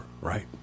right